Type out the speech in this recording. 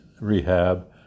rehab